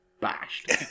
bashed